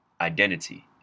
identity